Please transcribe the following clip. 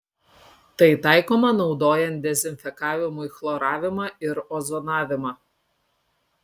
tai taikoma naudojant dezinfekavimui chloravimą ir ozonavimą